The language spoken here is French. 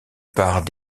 part